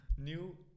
New